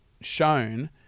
shown